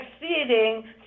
exceeding